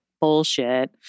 bullshit